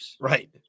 Right